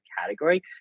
category